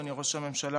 אדוני ראש הממשלה,